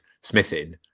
smithing